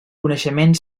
coneixement